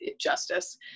justice